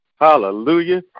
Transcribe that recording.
hallelujah